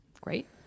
Great